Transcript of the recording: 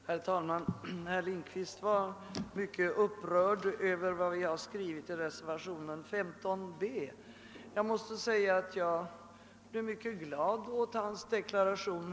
Herr talman! Herr Lindkvist var mycket upprörd över vad jag skrivit i reservationen 15 b. Jag blev emellertid glad åt herr Lindkvists deklaration.